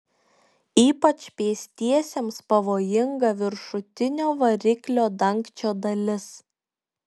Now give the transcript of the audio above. ypač pėstiesiems pavojinga viršutinio variklio dangčio dalis